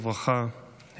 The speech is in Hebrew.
בדצמבר 2023.